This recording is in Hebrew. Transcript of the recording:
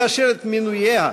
לאשר את מינויה,